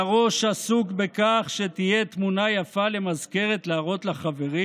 והראש עסוק בכך שתהיה תמונה יפה למזכרת להראות לחברים?